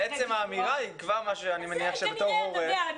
אבל עצם האמירה היא משהו שבתור הורה --- זה כנראה אתה יודע,